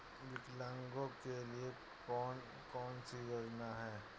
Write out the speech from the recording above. विकलांगों के लिए कौन कौनसी योजना है?